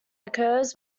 occurs